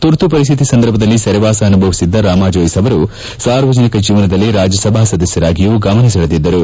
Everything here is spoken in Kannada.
ತುರ್ತು ಪರಿಸ್ತಿತಿ ಸಂದರ್ಭದಲ್ಲಿ ಸೆರೆವಾಸ ಅನುಭವಿಸಿದ್ದ ರಾಮಾ ಜೋಯಿಸ್ ಅವರು ಸಾರ್ವಜನಿಕ ಜೀವನದಲ್ಲಿ ರಾಜ್ಯಸಭಾ ಸದಸ್ವರಾಗಿಯೂ ಗಮನ ಸೆಳೆದಿದ್ದರು